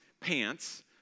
pants